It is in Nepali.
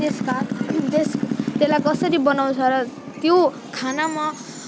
त्यसका त्यस त्यसलाई कसरी बनाउँछ र त्यो खानामा